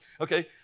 Okay